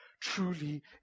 truly